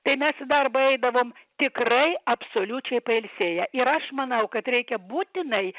tai mes į darbą eidavom tikrai absoliučiai pailsėję ir aš manau kad reikia būtinai